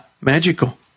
magical